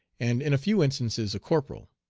and in a few instances a corporal.